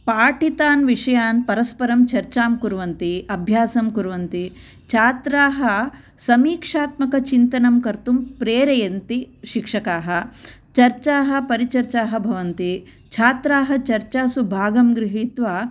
पाठितान् विषयान् परस्परं चर्चां कुर्वन्ति अभ्यासं कुर्वन्ति छात्राः समीक्षात्मकचिन्तनं कर्तुं प्रेरयन्ति शिक्षकाः चर्चाः परिचर्चाः भवन्ति छात्राः चर्चासु भागं गृहीत्वा